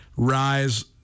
rise